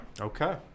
Okay